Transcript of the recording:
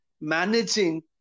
managing